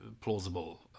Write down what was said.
plausible